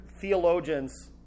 theologians